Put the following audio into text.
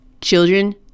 children